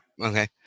Okay